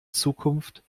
zukunft